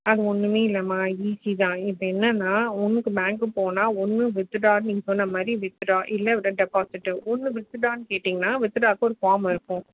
அது ஒன்றுமே இல்லைமா ஈஸிதான் இப்போ என்னென்னால் ஒன்றுக்கு பேங்க் போனால் ஒன்று வித்துட்ரா நீங்கள் சொன்ன மாதிரி வித்ட்ரா இல்லை விட டெபாசிட்டு ஒன்று வித்துட்ரானு கேட்டிங்கனால் வித்துட்ராக்கு ஒரு ஃபார்ம் இருக்கும்